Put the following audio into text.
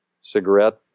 cigarette